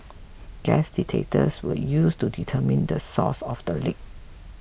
gas detectors were used to determine the source of the leak